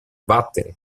vattene